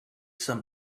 some